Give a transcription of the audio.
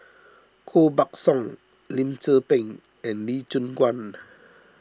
Koh Buck Song Lim Tze Peng and Lee Choon Guan